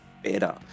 better